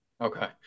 Okay